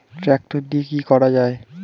Tractor দিয়ে কি করা যায়?